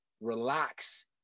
relax